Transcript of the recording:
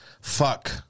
fuck